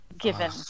Given